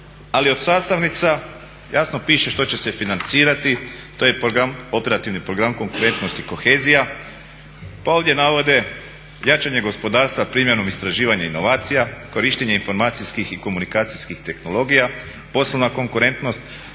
ali od sastavnica jasno piše što će se financirati, to je program, operativni program konkurentnosti i kohezija. Pa ovdje navode jačanje gospodarstva primjenom istraživanja inovacija, korištenje informacijskih i komunikacijskih tehnologija, poslovna konkurentnost,